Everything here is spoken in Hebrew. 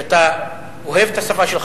שאתה אוהב אותה,